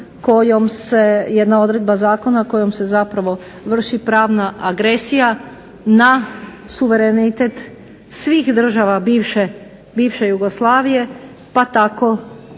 kojom se jedna odredba zakona kojom se zapravo vrši pravna agresija na suverenitet svih država bivše Jugoslavije, pa tako